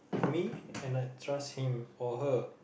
me and I trust him or her